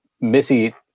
Missy